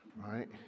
right